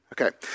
Okay